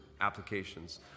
applications